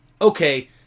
okay